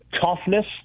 toughness